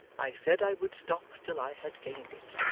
i said i would stop till i had gained it.